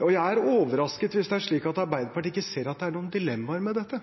Jeg er overrasket hvis det er slik at Arbeiderpartiet ikke ser at det er noen dilemmaer med dette.